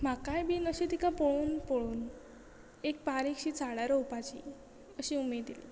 म्हाकाय बीन अशी तिका पळोवन पळोवन एक बारीकशी साडां रोवपाची अशी उमेद येली